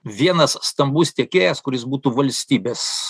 vienas stambus tiekėjas kuris būtų valstybės